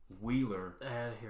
Wheeler